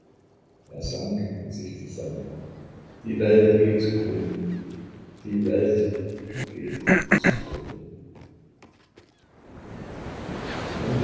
er sank in sich zusammen die welt geht zu grunde die welt geht zu grunde